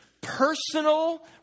personal